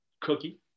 cookie